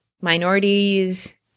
minorities